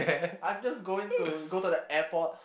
I'm just going to go to the airport